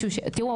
תראו,